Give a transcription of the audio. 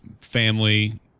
family